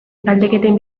galdeketen